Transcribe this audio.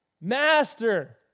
Master